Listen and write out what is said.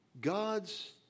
God's